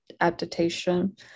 adaptation